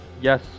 Yes